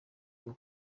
bwo